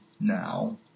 now